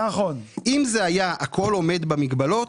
אם זה היה הכל עומד במגבלות,